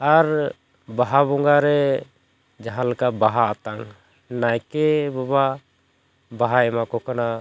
ᱟᱨ ᱵᱟᱦᱟ ᱵᱚᱸᱜᱟ ᱨᱮ ᱡᱟᱦᱟᱸ ᱞᱮᱠᱟ ᱵᱟᱦᱟ ᱟᱛᱟᱝ ᱱᱟᱭᱠᱮ ᱵᱟᱵᱟ ᱵᱟᱦᱟᱭ ᱮᱢᱟ ᱠᱚ ᱠᱟᱱᱟ